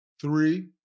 three